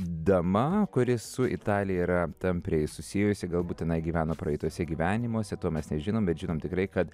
dama kuri su italija yra tampriai susijusi galbūt jinai gyveno praeituose gyvenimuose to mes nežinom bet žinom tikrai kad